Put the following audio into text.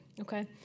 Okay